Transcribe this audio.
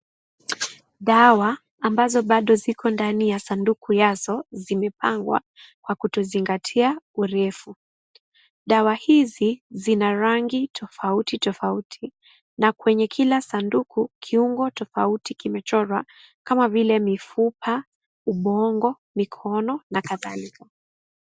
Dawa, ambazo bado ziko ndani ya sanduku yazo, zimepangwa kwa kutozingatia urefu. Dawa hizi, zina rangi tofauti tofauti na kwenye kila sanduku, kiungo tofauti kimechorwa kama vile, mifupa, ubongo, mikono na kadhalika.